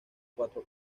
cuatro